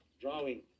drawing